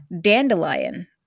Dandelion